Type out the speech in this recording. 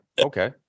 Okay